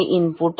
तर हे आहे इनपुट